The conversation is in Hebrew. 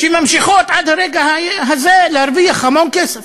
שממשיכות עד הרגע הזה להרוויח המון כסף,